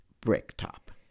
Bricktop